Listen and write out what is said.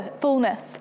fullness